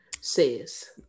Says